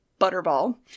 Butterball